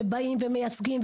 ובאים ומייצגים,